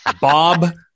Bob